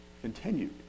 continued